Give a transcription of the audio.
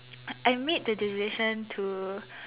I made the decision to